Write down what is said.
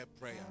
prayer